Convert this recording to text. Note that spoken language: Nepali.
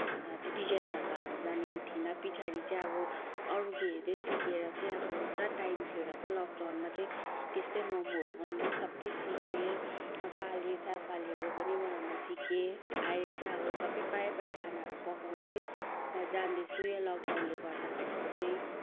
त्यो डिजाइनहरू हाल्न जानेको थिइनँ पछाडि चाहिँ अब अरूको हेर्दै सिकेर चाहिँ अब पुरा टाइम थियो र लकडाउनमा चाहिँ त्यस्तै मोमोहरू बनाउन पनि सबै सिकेँ फाले सफालेहरू पनि बनाउन सिकेँ अहिले चाहिँ अब सबै प्रायः प्रायः खानाहरू पकाउन चाहिँ जान्दछु यो लकडाउनले गर्दाखेरिको चाहिँ